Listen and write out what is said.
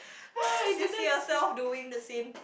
you see yourself doing the same